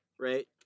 right